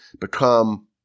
become